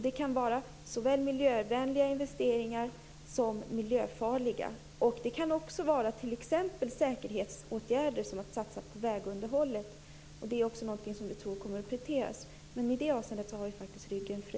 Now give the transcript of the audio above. Det kan vara såväl miljövänliga investeringar som miljöfarliga. Det kan också vara t.ex. säkerhetsåtgärder, som att satsa på vägunderhållet. Det är någonting som vi tror kommer att prioriteras. I det avseendet har vi faktiskt ryggen fri.